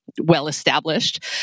well-established